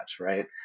right